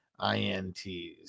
INTs